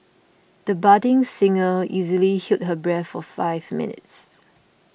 the budding singer easily held her breath for five minutes